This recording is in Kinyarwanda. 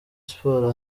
sports